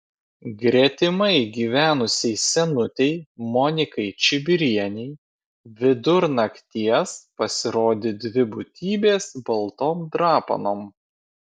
gretimai gyvenusiai senutei monikai čibirienei vidur nakties pasirodė dvi būtybės baltom drapanom